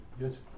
Yes